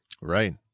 Right